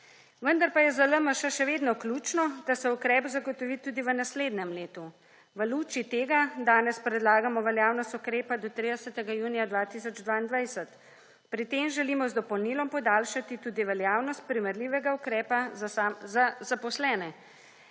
Vendar pa je za LMŠ še vedno ključno, da se ukrep zagotovi tudi v naslednjem letu v luči tega danes predlagamo veljavnost ukrepa do 30. junija 2022, pri tem želimo z dopolnilom podaljšati tudi veljavnost primerljivega ukrepa za zaposlene.